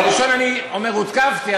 אבל דבר ראשון, אני אומר, הותקפתי.